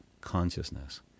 consciousness